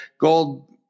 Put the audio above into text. gold